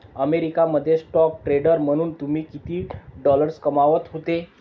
America मध्ये stock trader म्हणून तुम्ही किती डॉलर्स कमावत होते